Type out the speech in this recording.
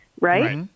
right